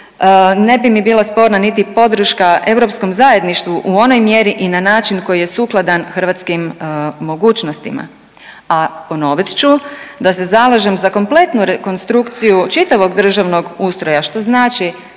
Ne bi mi bila sporna niti podrška europskom zajedništvu u onoj mjeri i na način koji je sukladan hrvatskim mogućnostima. A ponovit ću, da se zalažem za kompletnu rekonstrukciju čitavog državnog ustroja što znači